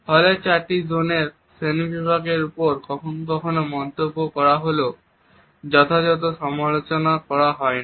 হলের চারটি জোনের শ্রেণীবিভাগের উপর কখনো কখনো মন্তব্য করা হলেও যথাযথ সমালোচনা করা হয়নি